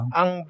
ang